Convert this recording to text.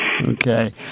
okay